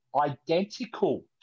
identical